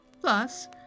Plus